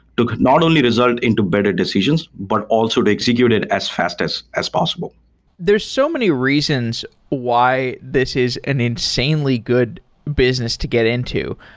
to not only result into better decisions, but also to execute it as fast as as possible there's so many reasons why this is an insanely good business to get into.